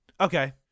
Okay